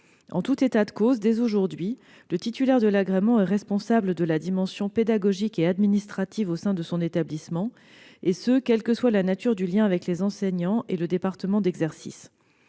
En tout état de cause, et dès aujourd'hui, le titulaire de l'agrément est responsable de la dimension pédagogique et administrative au sein de son établissement, et ce quelle que soit la nature du lien avec les enseignants et le département d'exercice.